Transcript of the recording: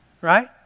right